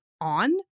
on